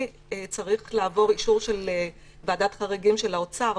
צריך לעבור אישור של ועדת חריגים של האוצר.